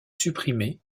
supprimée